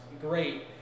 great